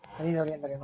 ಹನಿ ನೇರಾವರಿ ಎಂದರೇನು?